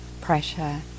Pressure